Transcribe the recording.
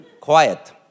quiet